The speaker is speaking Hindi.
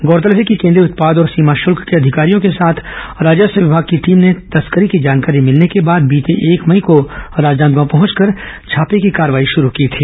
गौरतलब है कि केंद्रीय उत्पाद और सीमा शुल्क के अधिकारियों के साथ राजस्व विमाग की टीम ने तस्करी की जानकारी मिलने के बाद बीते एक मई को राजनांदगांव पहुंचकर छापे की कार्रवाई शुरू की थी